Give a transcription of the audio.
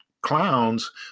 clowns